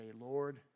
Lord